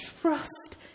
trust